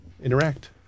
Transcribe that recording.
Interact